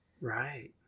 right